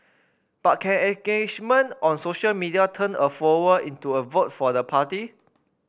but can engagement on social media turn a follower into a vote for the party